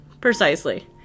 precisely